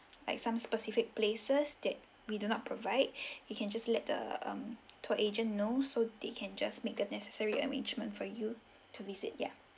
like some specific places that we do not provide you can just let the um tour agent know so they can just make the necessary arrangement for you to visit ya